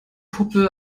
puppe